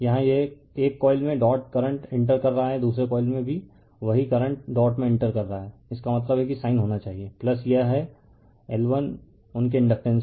यहां यह 1 कॉइल में डॉट करंट इंटर कर रहा है दूसरे कॉइल में डॉट भी वही करंट डॉट में इंटर कर रहा हूं इसका मतलब है कि साइन होना चाहिए यह है L1 उनके इंडकटेंस